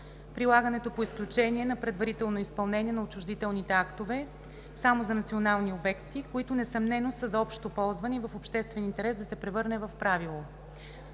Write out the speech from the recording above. прилагането по изключение на предварително изпълнение на отчуждителните актове само за национални обекти, които несъмнено са за общо ползване, и е в обществен интерес да се превърне в правило.